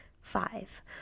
Five